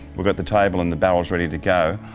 we've got the table and the barrels ready to go.